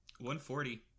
140